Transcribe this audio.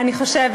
אפשר,